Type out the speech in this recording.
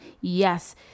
Yes